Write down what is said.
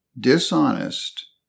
dishonest